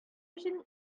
өчен